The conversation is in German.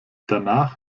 danach